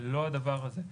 זה לא הדבר הזה.